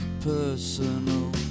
personal